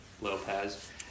Lopez